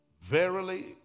verily